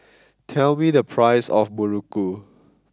tell me the price of Muruku